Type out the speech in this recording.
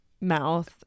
mouth